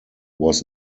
was